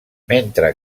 mentre